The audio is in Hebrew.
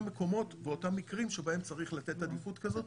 מקומות ואותם מקרים שבהם צריך לתת עדיפות כזאת,